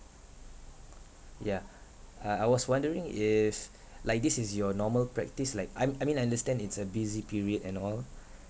yeah uh I was wondering if like this is your normal practice like I'm I mean I understand it's a busy period and all